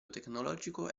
tecnologico